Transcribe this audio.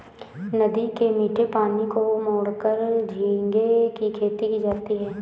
नदी के मीठे पानी को मोड़कर झींगे की खेती की जाती है